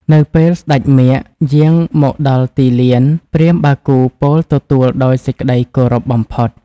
នៅពេលស្ដេចមាឃយាងមកដល់ទីលាន ព្រាហ្មណ៍បាគូពោលទទួលដោយសេចក្ដីគោរពបំផុត។